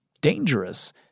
dangerous